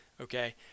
Okay